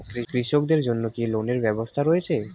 কৃষকদের জন্য কি কি লোনের ব্যবস্থা রয়েছে?